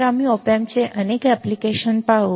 तर आम्ही op amp चे अनेक अनुप्रयोग पाहू